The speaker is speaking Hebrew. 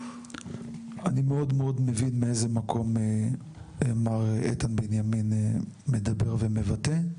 שאני מאוד מאוד מבין מאיזה מקום מר איתן בנימין מדבר ומבטא,